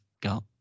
got